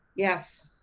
yes.